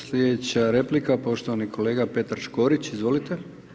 Slijedeća replika poštovani kolega Petar Škorić, izvolite.